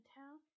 town